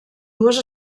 dues